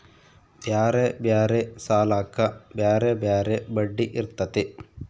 ಬ್ಯಾರೆ ಬ್ಯಾರೆ ಸಾಲಕ್ಕ ಬ್ಯಾರೆ ಬ್ಯಾರೆ ಬಡ್ಡಿ ಇರ್ತತೆ